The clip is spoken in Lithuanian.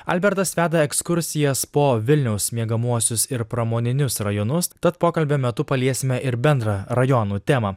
albertas veda ekskursijas po vilniaus miegamuosius ir pramoninius rajonus tad pokalbio metu paliesime ir bendrą rajonų temą